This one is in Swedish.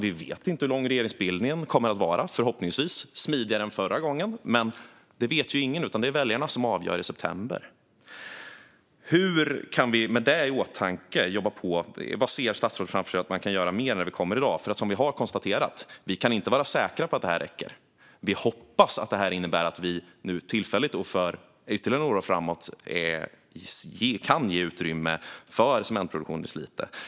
Vi vet inte hur lång tid regeringsbildningen kommer att ta - förhoppningsvis smidigare än förra gången, men det vet ingen. Det är ju väljarna som avgör i september. Hur kan vi med detta i åtanke jobba på? Vad ser statsrådet framför sig att vi kan göra mer i dag? Vi har konstaterat att vi inte kan vara säkra på att detta räcker. Vi hoppas att detta innebär att vi tillfälligt för ytterligare några år framåt kan ge utrymme för cementproduktion i Slite.